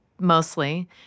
Mostly